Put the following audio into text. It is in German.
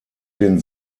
den